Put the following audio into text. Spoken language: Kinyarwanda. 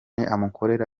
amukorera